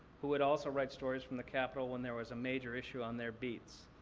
who would also write stories from the capitol when there was a major issue on their beat.